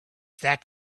that